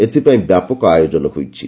ଏଥିପାଇଁ ବ୍ୟାପକ ଆୟୋଜନ ହୋଇଛି